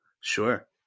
Sure